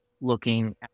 looking